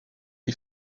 les